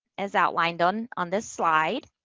as outlined on on this slide,